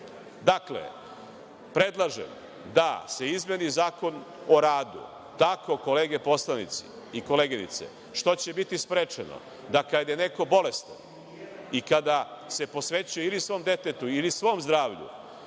itd. Dakle, predlažem da se izmeni Zakon o radu, tako kolege poslanici i koleginice, što će biti sprečeno, da, kad je neko bolestan i kada se posvećuje ili svom detetu ili svom zdravlju,